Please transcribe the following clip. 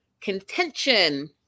contention